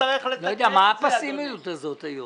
מה הפסימיות היום?